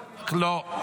לא.